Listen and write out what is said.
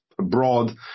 abroad